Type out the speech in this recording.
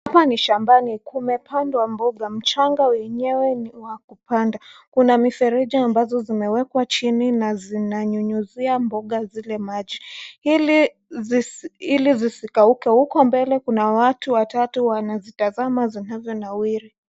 Hapa ni shambani kumepandwa mboga. Mchanga eneywa ni wa kupanda. Kuna mifereji ambazo zimewekwa chini na zinanyunyuzia mboga zile maji ili zisikauke, huko mbele kuna watu watatu wanazitazama zinavyonawiri.